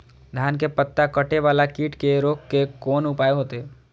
धान के पत्ता कटे वाला कीट के रोक के कोन उपाय होते?